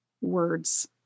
words